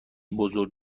بزرگ